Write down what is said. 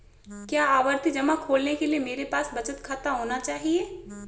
क्या आवर्ती जमा खोलने के लिए मेरे पास बचत खाता होना चाहिए?